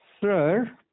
Sir